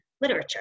literature